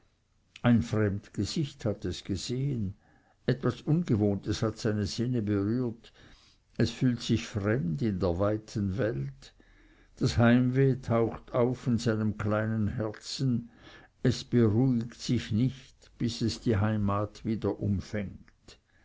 ein fremd gesicht hat es gesehen etwas ungewohntes hat seine sinne berührt es fühlt plötzlich sich fremd in der weiten welt das heimweh taucht auf in seinem kleinen herzen es beruhigt sich nicht bis daß die heimat es wieder umfängt